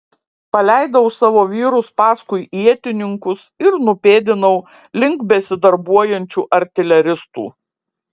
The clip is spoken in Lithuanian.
paleidau savo vyrus paskui ietininkus ir nupėdinau link besidarbuojančių artileristų